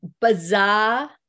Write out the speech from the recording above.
bizarre